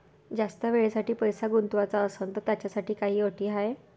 जास्त वेळेसाठी पैसा गुंतवाचा असनं त त्याच्यासाठी काही अटी हाय?